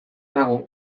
nago